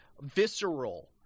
visceral